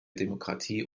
demokratie